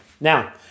Now